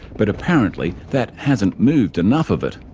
but apparently that hasn't moved enough of it.